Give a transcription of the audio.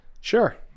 Sure